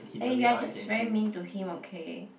eh you are just very mean to him okay